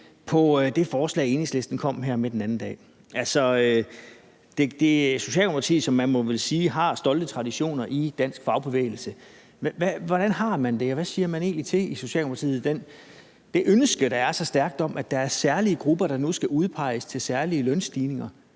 det forslag, som Enhedslisten kom med her den anden dag. Man må vel sige, at Socialdemokratiet har stolte traditioner i dansk fagbevægelse. Hvad siger man egentlig i Socialdemokratiet til det ønske, der er så stærkt, om, at der er særlige grupper, der nu skal udpeges til særlige lønstigninger?